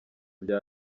bya